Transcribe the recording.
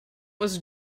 was